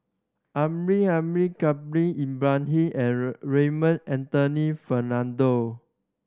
Amrin Amin Khalil Ibrahim and Raymond Anthony Fernando